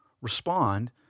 respond